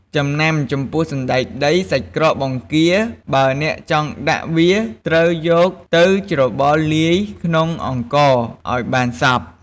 ចំណាំ ចំពោះសណ្ដែកដី សាច់ក្រក បង្គា បើអ្នកចង់ដាក់វា ត្រូវយកទៅច្របល់លាយក្នុងអង្ករឱ្យបានសព្វ។